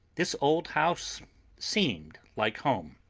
this old house seemed like home.